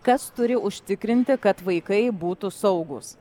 kas turi užtikrinti kad vaikai būtų saugūs